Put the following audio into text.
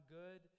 good